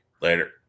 Later